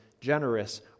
generous